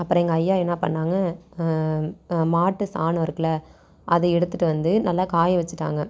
அப்புறம் எங்கள் ஐயா என்ன பண்ணாங்க மாட்டு சாணம் இருக்குதுல்ல அதை எடுத்துட்டு வந்து நல்லா காய வச்சிட்டாங்க